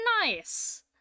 Nice